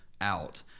out